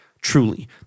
truly